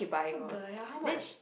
what the hell how much